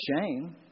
shame